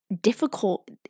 difficult